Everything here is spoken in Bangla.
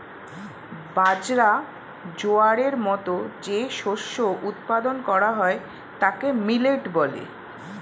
বাজরা, জোয়ারের মতো যে শস্য উৎপাদন করা হয় তাকে মিলেট বলে